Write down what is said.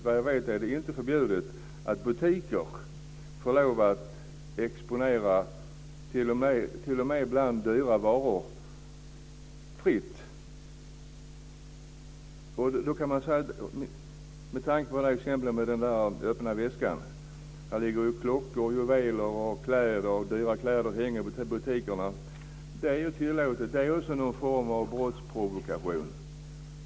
Vad jag vet är det inte förbjudet att butiker får lov att exponera, ibland t.o.m. dyra, varor fritt. Med tanke på exemplet med den öppna väskan finns det klockor, juveler, kläder i butikerna. Det är också någon form av brottsprovokation.